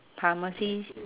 pharmacy